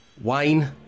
Wayne